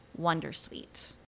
Wondersuite